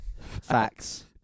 facts